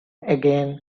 again